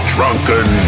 Drunken